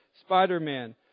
Spider-Man